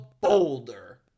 boulder